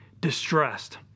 distressed